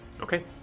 Okay